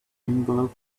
envelope